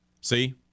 See